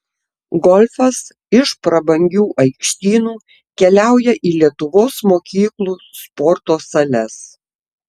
golfas iš prabangių aikštynų keliauja į lietuvos mokyklų sporto sales